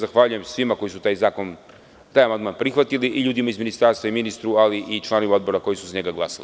Zahvaljujem se svima koji su taj amandman prihvatili i ljudima iz ministarstva i ministru, ali i članovima odbora koji su za njega glasali.